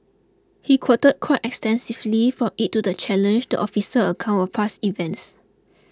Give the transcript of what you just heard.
he quoted quite extensively from it to challenge to officer account of past events